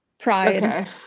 Pride